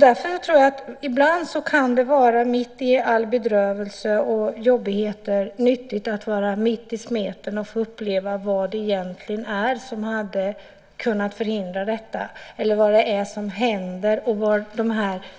Därför tror jag att det ibland mitt i all bedrövelse och alla jobbigheter kan vara nyttigt att vara mitt i smeten och få uppleva vad det egentligen är som hade kunnat förhindra detta. Man får se vad som händer och var